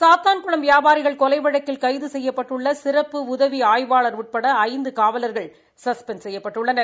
சாத்தான்குளம் வியாபாரிகள் கொலை வழக்கில் கைது செய்யப்பட்டுள்ள சிறப்பு உதவி ஆய்வாளா் உட்பட ஐந்து காவலர்கள் சஸ்பெண்ட் செய்யப்பட்டுள்ளனர்